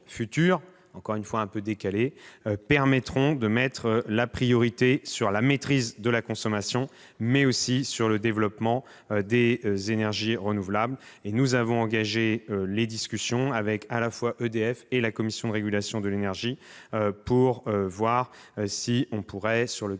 encore une fois un peu décalées, permettront de mettre la priorité sur la maîtrise de la consommation, mais aussi sur le développement des énergies renouvelables. Nous avons engagé des discussions avec EDF et la Commission de régulation de l'énergie pour voir si, dans le